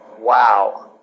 Wow